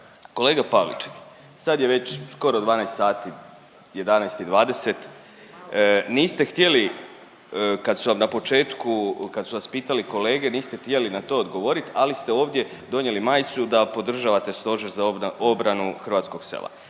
Kolega Pavliček sad je već skoro 12 sati, 11 i 20, niste htjeli kad su vam na početku kad su vas pitali kolege niste htjeli na to odgovorit ali ste ovdje donijeli majicu da podržavate Stožer za obranu hrvatskog sela.